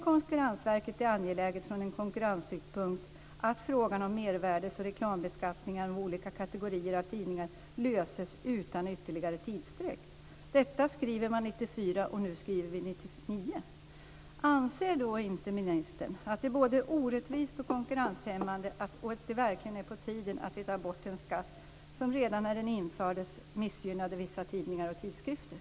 Konkurrensverket fann det vidare från en konkurrenssynpunkt angeläget att frågan om mervärdes och reklambeskattningar av olika kategorier av tidningar skulle lösas utan ytterligare tidsutdräkt. Detta skriver man 1994, och nu skriver vi 1999. Anser då inte ministern att skatten är både orättvis och konkurrenshämmande, och att det verkligen är på tiden att vi tar bort en skatt som redan när den infördes missgynnade vissa tidningar och tidskrifter?